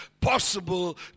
possible